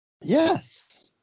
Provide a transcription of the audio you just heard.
yes